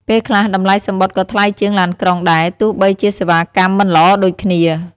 ពេលខ្លះតម្លៃសំបុត្រក៏ថ្លៃជាងឡានក្រុងដែរទោះបីជាសេវាកម្មមិនល្អដូចគ្នា។